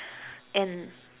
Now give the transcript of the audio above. and